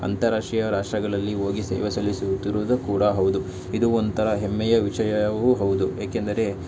ಅಂತಾರಾಷ್ಟ್ರೀಯ ರಾಷ್ಟ್ರಗಳಲ್ಲಿ ಹೋಗಿ ಸೇವೆ ಸಲ್ಲಿಸುತ್ತಿರುವುದು ಕೂಡ ಹೌದು ಇದು ಒಂಥರ ಹೆಮ್ಮೆಯ ವಿಷಯವೂ ಹೌದು ಏಕೆಂದರೆ